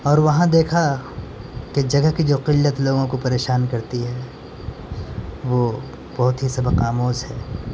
اور وہاں دیکھا کہ جگہ کی جو قلت لوگوں کو پریشان کرتی ہے وہ بہت ہی سبق آموز ہے